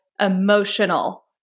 emotional